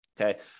Okay